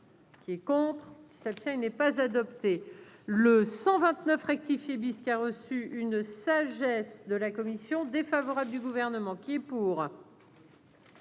Qui est contre cette-ci n'est pas adopté. Le 129 rectifié bis qui a reçu une sagesse de la Commission défavorable du gouvernement qui est pour.